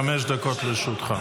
חמש דקות לרשותך.